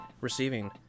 receiving